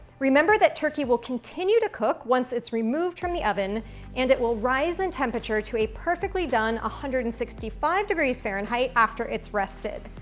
remember that turkey will continue to cook once it's removed from the oven and it will rise in temperature to a perfectly done one hundred and sixty five degrees fahrenheit after it's rested.